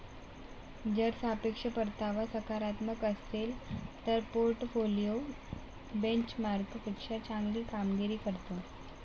जर सापेक्ष परतावा सकारात्मक असेल तर पोर्टफोलिओ बेंचमार्कपेक्षा चांगली कामगिरी करतो